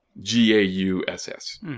g-a-u-s-s